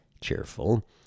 Cheerful